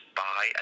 buy